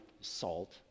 Salt